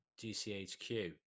GCHQ